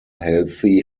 healthy